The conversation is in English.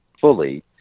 fully